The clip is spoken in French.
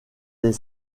des